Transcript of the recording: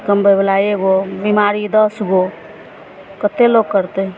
कमबैबला एगो बिमारी दसगो कतेक लोक करतै